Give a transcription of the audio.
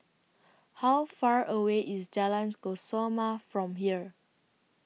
How Far away IS Jalan Kesoma from here